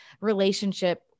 relationship